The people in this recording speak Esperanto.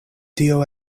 tio